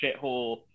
shithole